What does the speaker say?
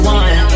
one